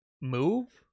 move